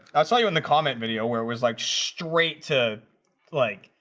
i'll tell you in the comment video where was like straight to like?